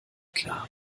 klar